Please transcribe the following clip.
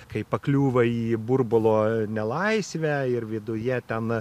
kai pakliūva į burbulo nelaisvę ir viduje ten